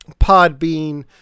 Podbean